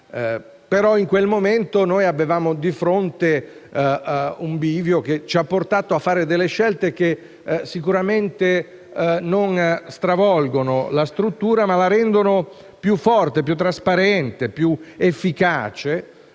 però in quel momento noi avevamo di fronte un bivio che ci ha portato a fare delle scelte che sicuramente non stravolgono la struttura ma la rendono più forte, più trasparente, più efficace,